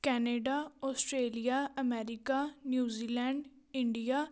Canada Australia America New Zealand India